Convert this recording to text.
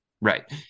Right